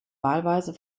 wahlweise